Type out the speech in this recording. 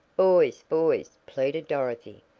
boys! boys! pleaded dorothy,